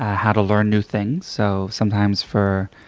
ah how to learn new things. so sometimes for